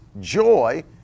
joy